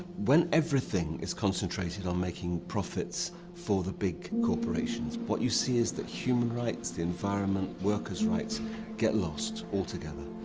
when everything is concentrated on making profits for the big corporations, what you see is that human rights, the environment, workers' rights get lost all together.